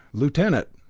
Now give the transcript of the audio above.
lieutenant,